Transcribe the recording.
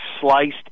sliced